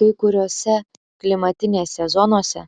kai kuriose klimatinėse zonose